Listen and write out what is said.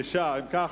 6. אם כך,